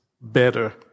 better